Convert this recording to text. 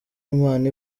imana